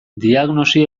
diagnosi